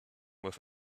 with